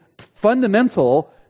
fundamental